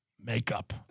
makeup